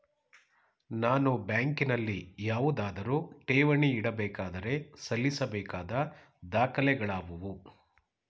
ನಾನು ಬ್ಯಾಂಕಿನಲ್ಲಿ ಯಾವುದಾದರು ಠೇವಣಿ ಇಡಬೇಕಾದರೆ ಸಲ್ಲಿಸಬೇಕಾದ ದಾಖಲೆಗಳಾವವು?